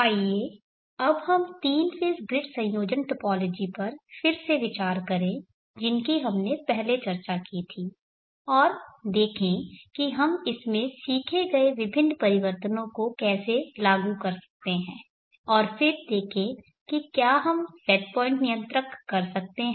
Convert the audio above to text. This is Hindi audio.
आइए अब हम तीन फेज़ ग्रिड संयोजन टोपोलॉजी पर फिर से विचार करें जिनकी हमने पहले चर्चा की थी और देखें कि हम इस में सीखे गए विभिन्न परिवर्तनों को कैसे लागू कर सकते हैं और फिर देखें कि क्या हम सेट पॉइंट नियंत्रक कर सकते हैं